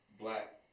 Black